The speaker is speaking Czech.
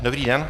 Dobrý den.